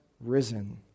risen